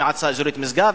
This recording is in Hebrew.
מועצה אזורית משגב,